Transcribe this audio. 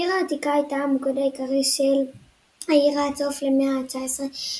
העיר העתיקה הייתה המוקד העיקרי של העיר עד לסוף המאה ה־19,